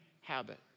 habit